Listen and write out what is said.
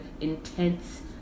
intense